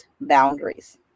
boundaries